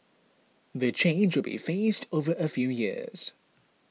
the change will be phased over a few years